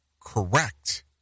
correct